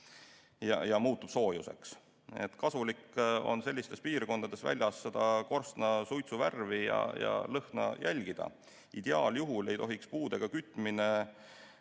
see muutub soojuseks. Kasulik on sellistes piirkondades väljas korstnasuitsu värvi ja lõhna jälgida. Ideaaljuhul ei tohiks puudega kütmist